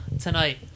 tonight